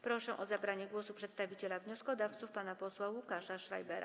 Proszę o zabranie głosu przedstawiciela wnioskodawców pana posła Łukasza Schreibera.